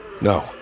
No